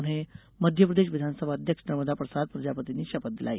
उन्हें मध्यप्रदेश विधानसभा अध्यक्ष नर्मदा प्रसाद प्रजापति ने शपथ दिलाई